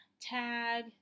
tag